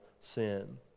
sin